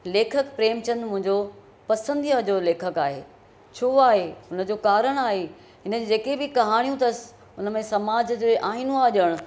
लेखक प्रेमचन्द मुंहिंजो पसन्दीअ जो लेखकु आहे छो आहे हुन जो कारणु आहे हिन जी जेके बि कहाणियूं अथसि उन में समाज जो आईनो आहे ॼणु